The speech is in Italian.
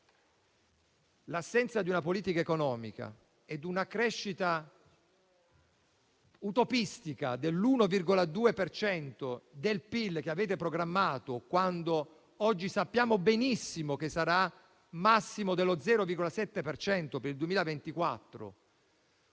L'assenza di una politica economica e la crescita utopistica dell'1,2 per cento del PIL che avete programmato, quando oggi sappiamo benissimo che sarà al massimo dello 0,7 per cento